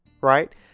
right